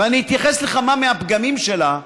ואני אתייחס לכמה מהפגמים שלה,